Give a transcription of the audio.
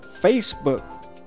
Facebook